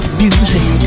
music